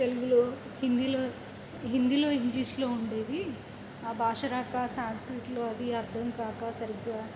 తెలుగులో హిందీలో హిందీలో ఇంగ్లీష్లో ఉండేవి ఆ భాష రాక సాన్స్క్రిట్లో అది అర్థం కాక సరిగా